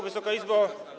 Wysoka Izbo!